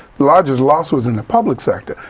the largest lawsuit in the public sector,